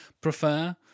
prefer